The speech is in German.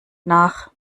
nach